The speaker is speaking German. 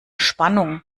spannung